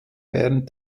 während